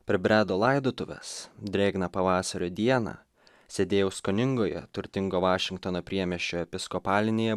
pribredo laidotuvės drėgną pavasario dieną sėdėjau skoningoje turtingo vašingtono priemiesčio episkopalinėje